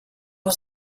was